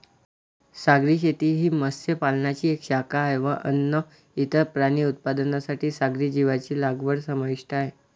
सागरी शेती ही मत्स्य पालनाची एक शाखा आहे व अन्न, इतर प्राणी उत्पादनांसाठी सागरी जीवांची लागवड समाविष्ट आहे